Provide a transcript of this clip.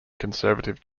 conservative